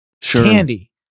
Candy